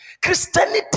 Christianity